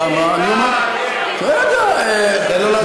למה, תן לו להסביר למה.